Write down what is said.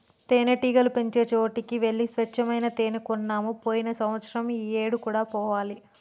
తేనెటీగలు పెంచే చోటికి వెళ్లి స్వచ్చమైన తేనే కొన్నాము పోయిన సంవత్సరం ఈ ఏడు కూడా పోవాలి